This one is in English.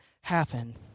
happen